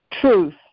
Truth